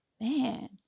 man